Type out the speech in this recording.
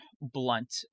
blunt